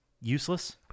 useless